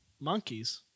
monkeys